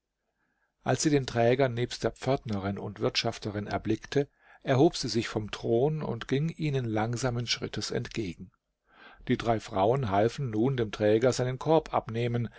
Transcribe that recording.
als sie den träger nebst der pförtnerin und wirtschafterin erblickte erhob sie sich vom thron und ging ihnen langsamen schrittes entgegen die drei frauen halfen nun dem träger seinen korb abnehmen